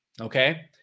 Okay